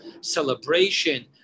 celebration